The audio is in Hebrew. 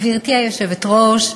גברתי היושבת-ראש,